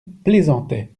plaisantait